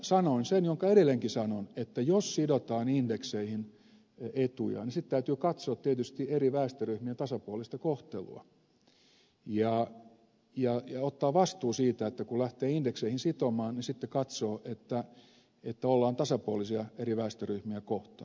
sanoin sen minkä edelleenkin sanon että jos sidotaan indekseihin etuja niin sitten täytyy katsoa tietysti eri väestöryhmien tasapuolista kohtelua ja ottaa vastuu siitä että kun lähtee indekseihin sitomaan niin sitten katsoo että ollaan tasapuolisia eri väestöryhmiä kohtaan